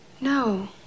no